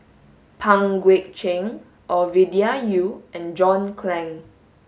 Pang Guek Cheng Ovidia Yu and John Clang